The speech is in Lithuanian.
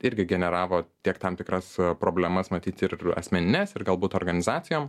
irgi generavo tiek tam tikras problemas matyt ir asmenines ir galbūt organizacijom